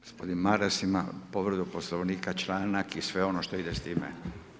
Gospodin Maras ima povredu Poslovnika, članak i sve ono što ide s time.